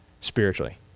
spiritually